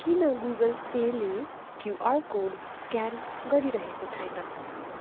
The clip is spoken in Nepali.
किन गुगल पेले क्युआर कोड स्क्यान गरिरहेको छैन